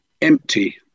empty